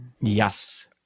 Yes